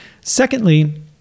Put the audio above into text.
Secondly